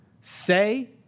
say